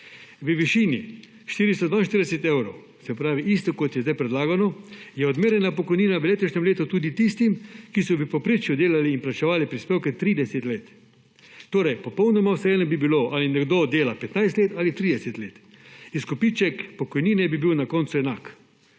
V višini 442 evrov, se pravi isto, kot je zdaj predlagano, je odmerjena pokojnina v letošnjem letu tudi tistim, ki so v povprečju delali in plačevali prispevke 30 let. Torej, popolnoma vseeno bi bilo, ali nekdo dela 15 let ali 30 let, izkupiček pokojnine bi bil na koncu enak.